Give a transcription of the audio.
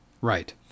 Right